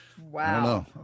Wow